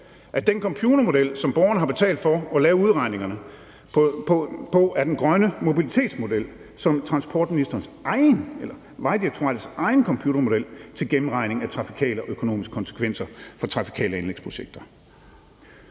den computermodel, som borgerne har betalt for til at lave udregningerne, er den samme grønne mobilitetsmodel som Vejdirektoratets egen computermodel til gennemregning af trafikale og økonomiske konsekvenser for trafikale anlægsprojekter.